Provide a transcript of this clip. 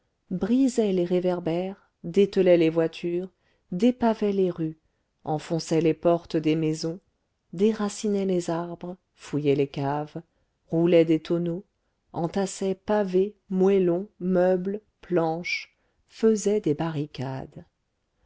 brisaient les réverbères dételaient les voitures dépavaient les rues enfonçaient les portes des maisons déracinaient les arbres fouillaient les caves roulaient des tonneaux entassaient pavés moellons meubles planches faisaient des barricades